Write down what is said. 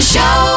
Show